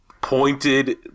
pointed